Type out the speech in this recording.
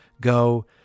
go